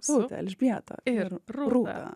su elžbieta ir rūta